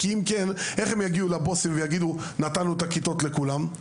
כי אחרת איך הם יגיעו לבוסים ויגידו: נתנו את הכיתות לכולם?